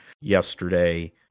yesterday